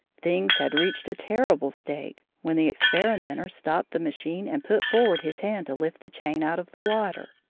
things had reached a terrible state, when the experimenter stopped the machine and put forward his hand to lift the chain out of the water.